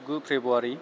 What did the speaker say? गु फ्रेब्रुवारि